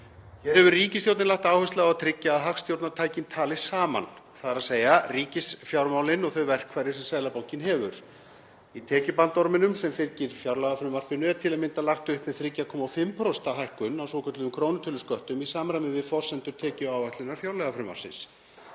Hér hefur ríkisstjórnin lagt áherslu á að tryggja að hagstjórnartækin tali saman, þ.e. ríkisfjármálin og þau verkfæri sem Seðlabankinn hefur. Í tekjubandorminum sem fylgir fjárlagafrumvarpinu er til að mynda lagt upp með 3,5% hækkun á svokölluðum krónutölusköttum í samræmi við forsendur tekjuáætlunar fjárlagafrumvarpsins.